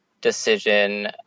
decision